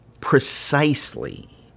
precisely